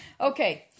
okay